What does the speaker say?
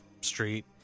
Street